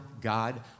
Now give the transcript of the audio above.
God